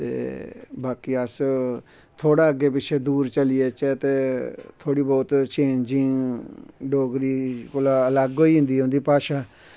ते बाकी अस थोह्ड़ा अग्गै पिच्छै दूर चली जाह्च्चै ते थोह्ड़ी बहुत चेंजिंग डोगरी कोला अलग होई जंदी ऐ उ'दी भाशा